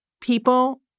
people